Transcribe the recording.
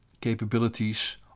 capabilities